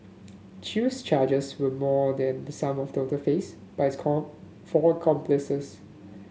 Chew's charges were more than the sum total faced by his come four accomplices